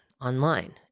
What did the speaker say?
online